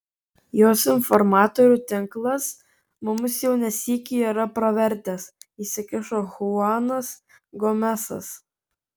jos informatorių tinklas mums jau ne sykį yra pravertęs įsikišo chuanas gomesas